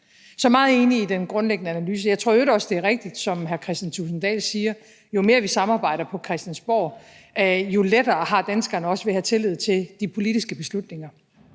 er meget enig i den grundlæggende analyse. Jeg tror i øvrigt også, det er rigtigt, som hr. Kristian Thulesen Dahl siger, at jo mere, vi samarbejder på Christiansborg, jo lettere har danskerne også ved at have tillid til de politiske beslutninger,